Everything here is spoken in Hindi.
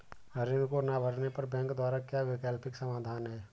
ऋण को ना भरने पर बैंकों द्वारा क्या वैकल्पिक समाधान हैं?